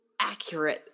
accurate